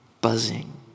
buzzing